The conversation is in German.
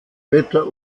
wetter